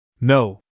No